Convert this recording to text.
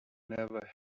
never